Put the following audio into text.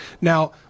Now